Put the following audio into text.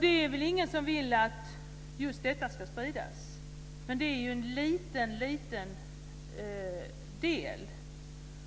Det är väl ingen som vill att just detta ska spridas, men det är ju en liten, liten del.